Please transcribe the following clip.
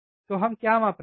तो हम क्या माप रहे हैं